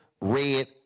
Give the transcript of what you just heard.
red